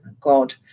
God